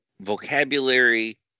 vocabulary